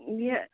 یہِ